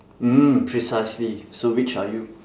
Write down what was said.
mm precisely so which are you